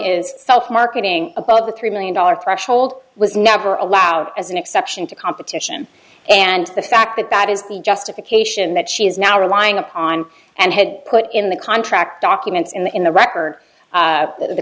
is self marketing about the three million dollar pressure old was never allowed as an exception to competition and the fact that bad is the justification that she is now relying upon and had put in the contract documents in the in the record of the